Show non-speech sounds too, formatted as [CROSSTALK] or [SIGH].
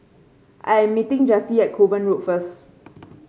I'm meeting Jeffie at Kovan Road first [NOISE]